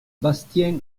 bastien